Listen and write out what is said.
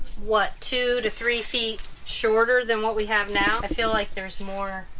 what two to three feet shorter than what we have now, i feel like there's more